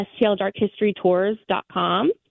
STLDarkHistoryTours.com